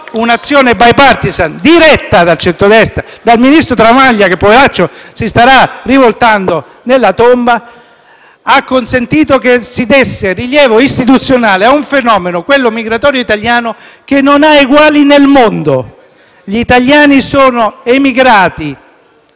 un'azione *bipartisan* diretta dal centrodestra, dal ministro Tremaglia (che si starà rivoltando nella tomba), ha consentito che si desse un rilievo istituzionale ad un fenomeno come quello migratorio italiano che non ha eguali nel mondo. Gli italiani sono emigrati